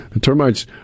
Termites